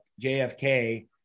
JFK